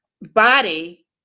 body